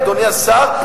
אדוני השר,